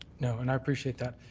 no, and i appreciate that.